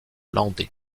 landais